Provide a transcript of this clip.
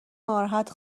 ناراحت